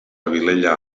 vilella